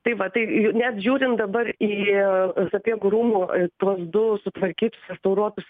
tai va tai net žiūrint dabar į sapiegų rūmų tuos du sutvarkytus restauruotus